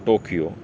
Tokyo